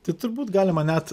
tai turbūt galima net